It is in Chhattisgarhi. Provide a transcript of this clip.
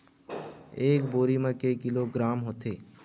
एक बोरी म के किलोग्राम होथे?